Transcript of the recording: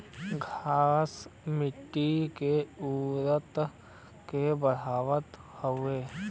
घास मट्टी के उर्वरता के बढ़ावत हउवे